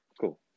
Cool